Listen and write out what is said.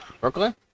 Brooklyn